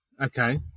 Okay